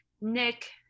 Nick